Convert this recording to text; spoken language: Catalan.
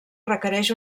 requereix